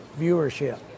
viewership